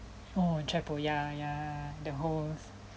or oh trypo~ ya ya the holes